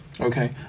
okay